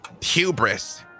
hubris